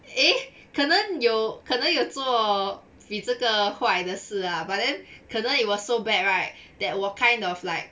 eh 可能有可能有做几这个坏的事 lah but then 可能 it was so bad right that 我 kind of like